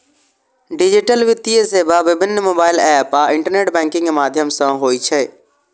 digital वित्तीय सेवा विभिन्न मोबाइल एप आ इंटरनेट बैंकिंग के माध्यम सं होइ छै